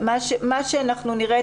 מה שאנחנו נראה,